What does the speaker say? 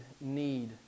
need